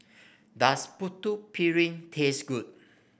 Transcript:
does Putu Piring taste good